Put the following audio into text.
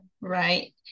right